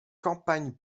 campagne